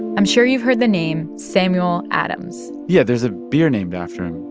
i'm sure you've heard the name samuel adams yeah, there's a beer named after him.